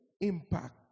impact